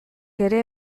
ere